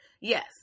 Yes